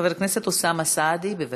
חבר הכנסת אוסאמה סעדי, בבקשה,